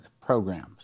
programs